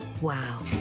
wow